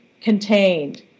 contained